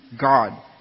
God